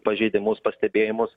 pažeidimus pastebėjimus